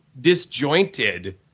disjointed